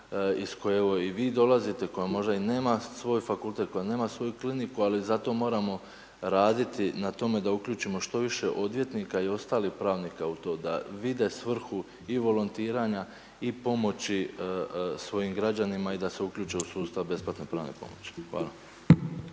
iz koje evo i vi dolazite, koja možda i nema svoj fakultet, koja nema svoju kliniku ali zato moramo raditi na tome da uključimo što više odvjetnika i ostalih pravnika u to, da vide svrhu i volontiranja i pomoći svojim građanima i da se uključe u sustav besplatne pravne pomoći. Hvala.